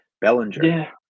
bellinger